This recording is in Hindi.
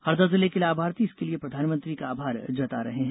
हरदा जिले के लाभार्थी इसके लिए प्रधानमंत्री का आभार जता रहे हैं